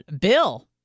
bill